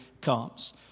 comes